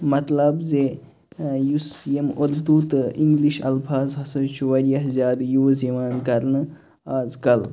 مطلب زِ یُس یِم اُردوٗ تہٕ اِنٛگلِش الفاظ ہسا چھُ واریاہ زیادٕ یوٗز یِوان کَرنہٕ اَز کَل